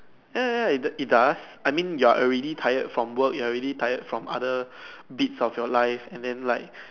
ya ya ya it it does I mean you are already tired from work you are already tired from other bits of your life and then like